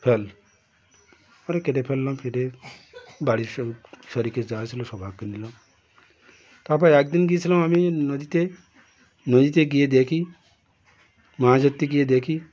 fail পরে কেটে ফেললাম কেটে বাড়ির সব শরিক যারা ছিল সবাইকে দিলাম তারপর একদিন গিয়েছিলাম আমি নদীতে নদীতে গিয়ে দেখি মাছ ধরতে গিয়ে দেখি